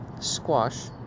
squash